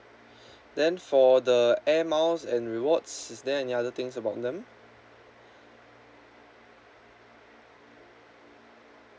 then for the air miles and rewards is there any other things about them